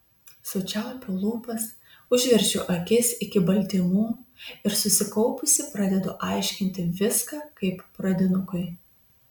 sučiaupiu lūpas užverčiu akis iki baltymų ir susikaupusi pradedu aiškinti viską kaip pradinukui